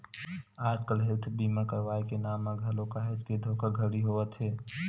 आजकल हेल्थ बीमा करवाय के नांव म घलो काहेच के धोखाघड़ी होवत हे